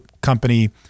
company